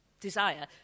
desire